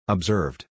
Observed